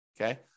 okay